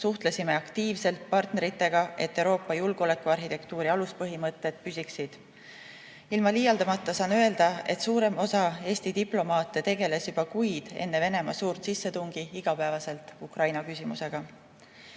suhtlesime aktiivselt partneritega, et Euroopa julgeolekuarhitektuuri aluspõhimõtted püsiksid. Ilma liialdamata saan öelda, et suurem osa Eesti diplomaate tegeles juba kuid enne Venemaa suurt sissetungi iga päev Ukraina küsimusega.